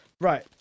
Right